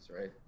right